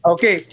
Okay